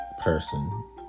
person